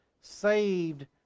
saved